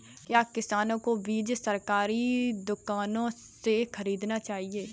क्या किसानों को बीज सरकारी दुकानों से खरीदना चाहिए?